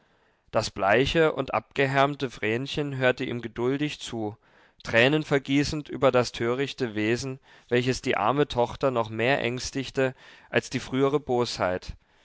das bleiche und abgehärmte vrenchen hörte ihm geduldig zu tränen vergießend über das törichte wesen welches die arme tochter noch mehr ängstigte als die frühere bosheit